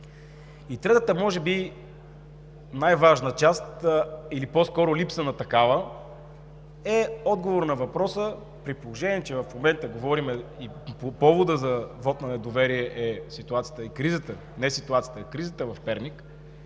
Третата част, може би най-важната, или по-скоро липсата на такава, е отговор на въпроса, при положение че в момента говорим и повод за вота на недоверие е ситуацията – не ситуацията, а кризата в Перник,